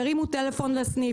ירימו טלפון לסניף,